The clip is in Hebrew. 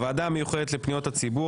הוועדה המיוחדת לפניות הציבור.